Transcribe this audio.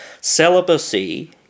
Celibacy